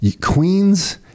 Queens